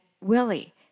Willie